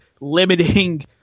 limiting